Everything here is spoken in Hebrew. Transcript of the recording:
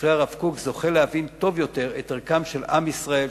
בספרי הרב קוק זוכה להבין טוב יותר את ערכם של עם ישראל,